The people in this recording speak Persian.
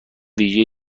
ویژه